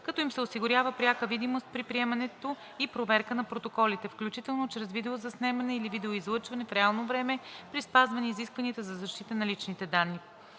като им се осигурява пряка видимост при приемането и проверката на протоколите, включително чрез видеоизлъчване в реално време при спазване изискванията за защита на личните данни.“